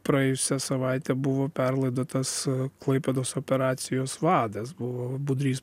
praėjusią savaitę buvo perlaidotas klaipėdos operacijos vadas buvo budrys